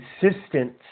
consistent